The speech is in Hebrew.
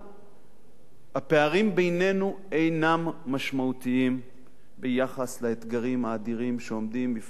הפערים בינינו אינם משמעותיים ביחס לאתגרים האדירים שעומדים בפני עמנו,